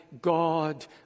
God